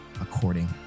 according